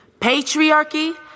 Patriarchy